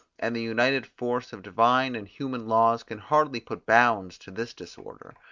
and the united force of divine and human laws can hardly put bounds to this disorder.